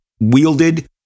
wielded